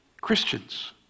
Christians